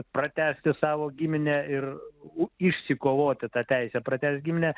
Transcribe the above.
pratęsti savo giminę ir u išsikovoti tą teisę pratęst giminę